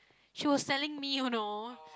she was telling me you know